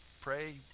pray